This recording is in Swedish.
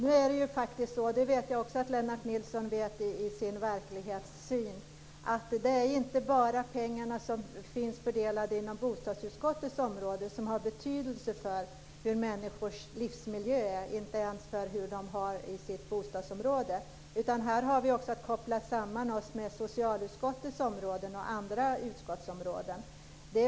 Fru talman! Som också Lennart Nilsson vet är det inte bara de pengar som ligger inom bostadsutskottets område som har betydelse för människors livsmiljö. Det gäller även för förhållandena i deras bostadsområden. Vi måste också se till socialutskottets och andra utskotts områden.